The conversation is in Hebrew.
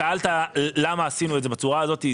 יש לנו כותרת --- שאלת למה עשינו את זה בצורה הזאת.